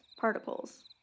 particles